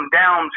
down